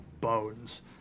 bones